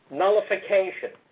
nullification